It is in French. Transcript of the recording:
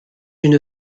une